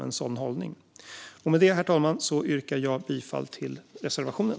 Med det, herr talman, yrkar jag bifall till reservationen.